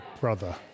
brother